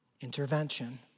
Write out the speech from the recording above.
intervention